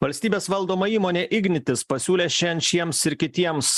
valstybės valdoma įmonė ignitis pasiūlė šian šiems ir kitiems